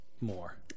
more